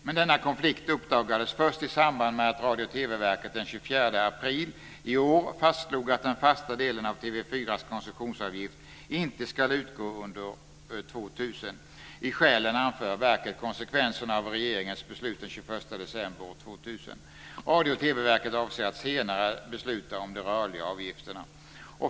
Men denna konflikt uppdagades först i samband med att Radio och TV skälen anför verket konsekvenserna av regeringens beslut den 21 december år 2000. Radio och TV verket avser att senare besluta om de rörliga avgifterna.